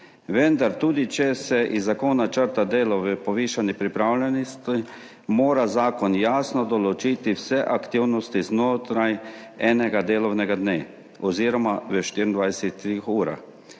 Vendar, tudi če se iz zakona črta delo v povišani pripravljenosti, mora zakon jasno določiti vse aktivnosti znotraj enega delovnega dne oziroma v 24 urah.